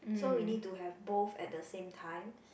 so we need to have both at the same time